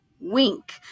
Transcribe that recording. wink